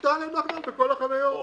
מותר להם לחנות בכל החניות.